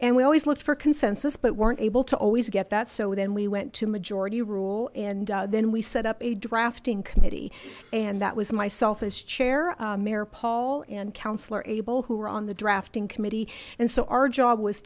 and we always looked for consensus but weren't able to always get that so then we went to majority rule and then we set up a drafting committee and that was myself as chair mayor paul and councillor abel who were on the drafting committee and so our job was